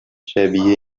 شبیه